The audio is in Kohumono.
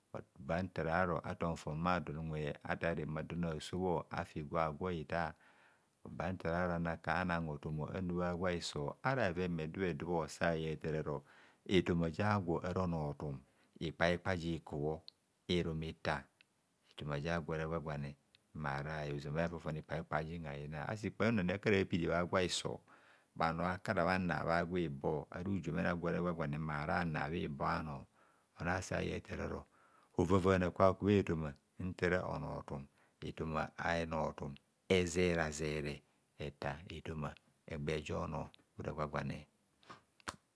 Bhantararo atom fom bha don unwe atar reme adon aso bho. afi gwa gwo hitar, oba ntara ro anoka anag hot um mmoba ntara nubha gwa hiso. ara bheven bhedudu bho sayen afararo etoma ja gwo ara onortum ikpaikpa ji kuhbho irum itar etoma jagwo ara gwa gwa ne. mmara ye ozoma bha hefofone ikpaikpa jin hayina asi kpamme kara piri bha gwa hiso bhanor akara bhana bha gwa ibor ara ijumene ara gwagwane mmarana bhibor ano orare araye aro hovavana kwa hokubha etoma ntara onortum. etoma hahenortum ezerazere hetar etoma egba jo ohor ora gwagwanne.